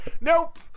Nope